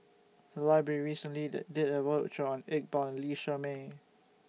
The Library recently did did A roadshow on Iqbal Lee Shermay